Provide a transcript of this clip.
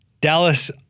Dallas